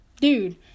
Dude